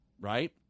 Right